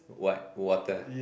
what water